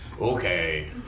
Okay